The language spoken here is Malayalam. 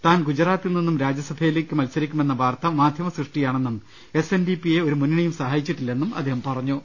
താൻ ഗുജറാത്തിൽ നിന്നും രാജ്യസഭയിലേക്ക് മത്സരിക്കുമെന്ന വാർത്ത മാധ്യമ സൃഷ്ടിയാണെന്നുംഎസ് എൻ ഡി പിയെ ഒരു മുന്നണിയും സഹായിച്ചിട്ടില്ലെന്നും അദ്ദേഹം പറഞ്ഞു